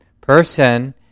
person